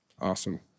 Awesome